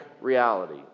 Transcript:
reality